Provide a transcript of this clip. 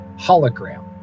hologram